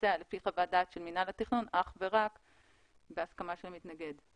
לפי חוות דעת של מינהל התכנון אך ורק בהסכמה של המתנגד.